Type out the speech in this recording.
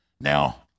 Now